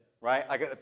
right